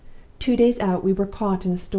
two days out we were caught in a storm.